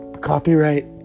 Copyright